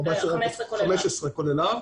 15 כולל להב